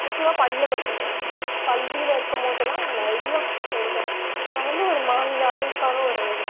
முக்கியமா பள்ளியில் படிக்கும்போது பள்ளியில் இருக்கும்போதுலாம் நான் நிறைய போயிருக்கேன் நான் வந்து ஒரு மாநில அளவுக்கான ஒரு